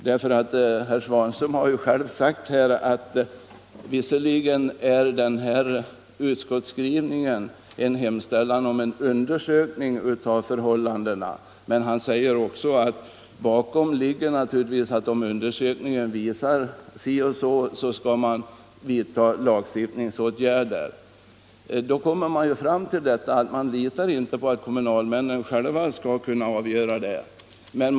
Herr Svanström har ju själv sagt att visserligen innebär den här utskottsskrivningen en hemställan om en undersökning av förhållandena, Men han säger också att bakom detta naturligtvis ligger att man skall vidta lagstiftningsåtgärder om undersökningen visar att behov av det föreligger. Då kommer vi fram till att majoriteten i utskottet inte litar på att kommunalmännen själva skall kunna klara detta.